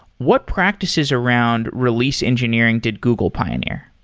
what practices around release engineering did google pioneer?